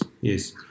yes